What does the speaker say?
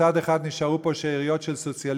מצד אחד נשארו פה שאריות של סוציאליזם,